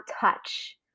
touch